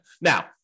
Now